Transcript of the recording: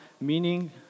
meaning